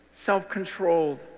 self-controlled